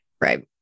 Right